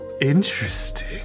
interesting